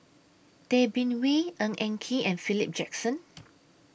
Tay Bin Wee Ng Eng Kee and Philip Jackson